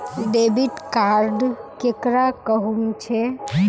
Debit card केकरा कहुम छे?